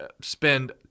spend